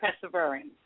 persevering